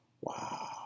wow